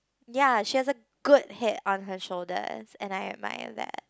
ya she has a good head on her shoulders and I admire that